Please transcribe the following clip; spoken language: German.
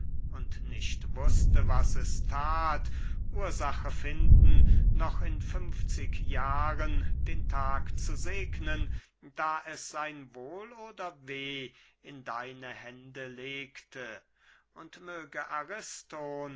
und nicht wußte was es that ursache finden noch in funfzig jahren den tag zu segnen da es sein wohl oder weh in deine hände legte und möge